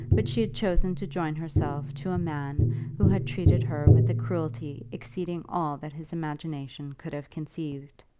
but she had chosen to join herself to a man who had treated her with a cruelty exceeding all that his imagination could have conceived.